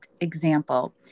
example